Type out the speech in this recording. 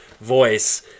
voice